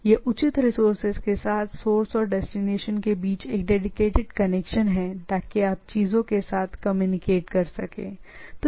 यह उचित रिसोर्सेज के साथ सोर्स और डेस्टिनेशन के बीच एक डेडीकेटेड कनेक्शन है ताकि आप चीजों के साथ कम्युनिकेट कर सकें सही